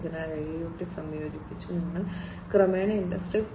അതിനാൽ IIoT സംയോജിപ്പിച്ച് നിങ്ങൾ ക്രമേണ ഇൻഡസ്ട്രി 4